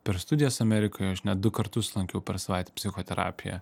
per studijas amerikoje aš net du kartus lankiau per savaitę psichoterapiją